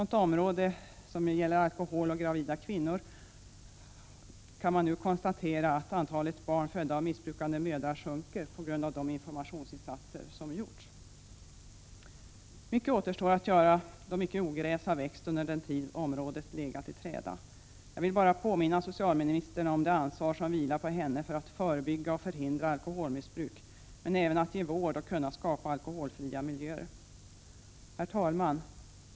När det gäller alkohol och gravida kvinnor kan man nu konstatera att antalet barn födda av missbrukande mödrar sjunker på grund av de informationsinsatser som gjorts. Mycket återstår att göra, då mycket ogräs har växt under den tid som detta område har legat i träda. Jag vill bara påminna socialministern om det ansvar som vilar på henne för att förebygga och förhindra alkoholmissbruk, för att ge vård och för att kunna skapa alkoholfria miljöer. Herr talman!